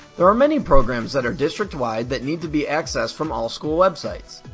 there are many programs that are district wide that need to be accessed from all school websites.